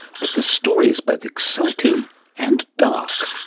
but the story is both exciting and dark.